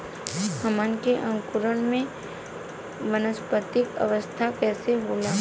हमन के अंकुरण में वानस्पतिक अवस्था कइसे होला?